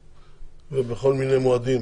בחגים ובכל מיני מועדים,